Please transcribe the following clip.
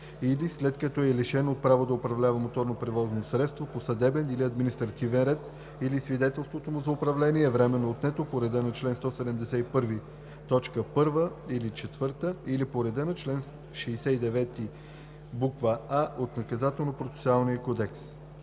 или след като е лишен от право да управлява моторно превозно средство по съдебен и административен ред или свидетелството му за управление е временно отнето по реда на чл. 171, т. 1 или 4 или по реда на чл. 69а от Наказателно-процесуалния кодекс,